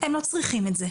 - הם לא צריכים את זה.